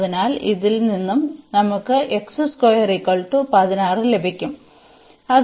അതിനാൽ ഇതിൽ നിന്ന് നമുക്ക് ലഭിക്കും